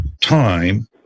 time